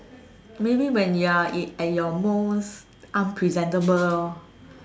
maybe when you are in at your most unpresentable lor